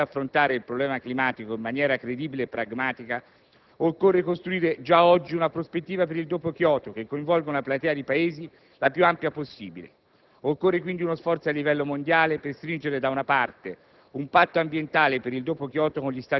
ma dobbiamo essere tutti consapevoli che, se si vuole affrontare il problema climatico in maniera credibile e pragmatica, occorre costruire già oggi una prospettiva per il dopo Kyoto che coinvolga una platea di Paesi la più ampia possibile. Occorre quindi uno sforzo a livello mondiale per stringere, da una parte,